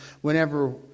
whenever